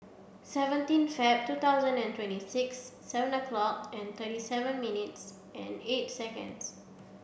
seventeen Feb two thousand and twenty six seven o'lock and twenty seven minutes and eighth seconds